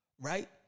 right